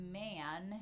man